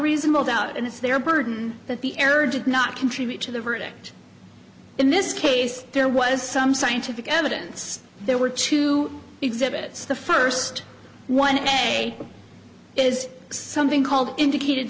reasonable doubt and it's their burden that the error did not contribute to the verdict in this case there was some scientific evidence there were two exhibits the first one a is something called indicated